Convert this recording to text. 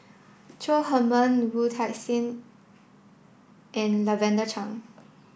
Chong Heman Wu Tsai and Lavender Chang